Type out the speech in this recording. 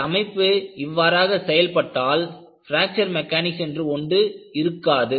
அது அமைப்பு இவ்வாறாக செயல்பட்டால் பிராக்சர் மெக்கானிக்ஸ் என்று ஒன்று இருக்காது